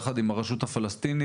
יחד עם הרשות הפלסטינית?